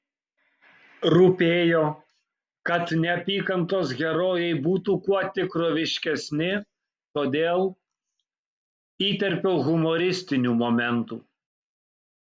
rūpėjo kad neapykantos herojai būtų kuo tikroviškesni todėl įterpiau humoristinių momentų